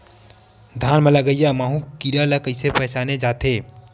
धान म लगईया माहु कीरा ल कइसे पहचाने जाथे?